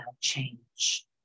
change